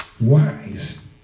wise